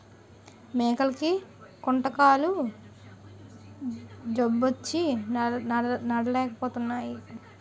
మేకలకి కుంటుకాలు జబ్బొచ్చి నడలేపోతున్నాయి